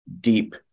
deep